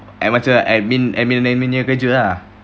macam admin admin punya kerja lah